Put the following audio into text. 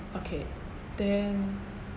okay then